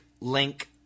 link